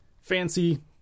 fancy